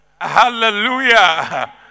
Hallelujah